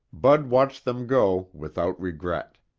bud watched them go without regret.